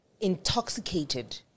intoxicated